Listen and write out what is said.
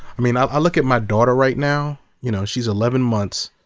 i mean, um i look at my daughter right now, you know, she's eleven months,